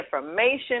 information